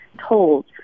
told